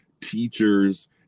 teachers